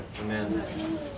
Amen